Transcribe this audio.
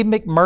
McMURTRY